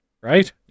Right